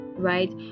right